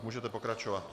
Můžete pokračovat.